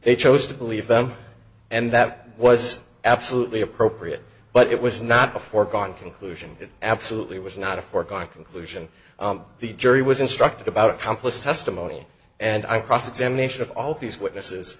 they chose to believe them and that was absolutely appropriate but it was not a foregone conclusion it absolutely was not a foregone conclusion the jury was instructed about accomplished testimony and i cross examination of all these witnesses